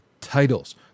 titles